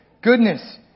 goodness